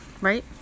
Right